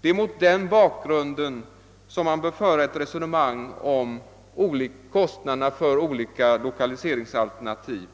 Det är mot den bakgrunden man bör föra ett resonemang om kostnaderna för olika lokaliseringsalternativ.